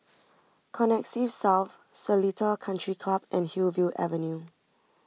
Connexis South Seletar Country Club and Hillview Avenue